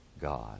God